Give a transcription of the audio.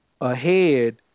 ahead